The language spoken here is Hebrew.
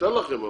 ניתן לכם.